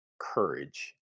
courage